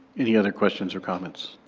any other questions or comments?